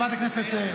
חברת הכנסת,